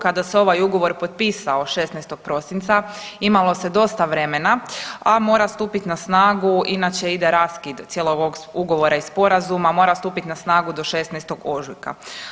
Kada se ovaj ugovor potpisao 16. prosinca imalo se dosta vremena, a mora stupit na snagu inače ide raskid cijelog ovog ugovora i sporazuma, mora stupit na snagu do 16. ožujka.